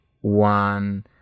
one